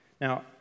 Now